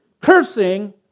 cursing